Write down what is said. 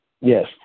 yes